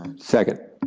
second.